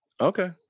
Okay